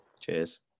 Cheers